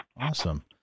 Awesome